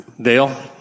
Dale